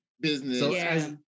Business